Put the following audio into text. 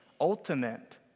ultimate